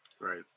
Right